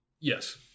Yes